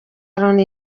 loni